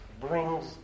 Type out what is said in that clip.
brings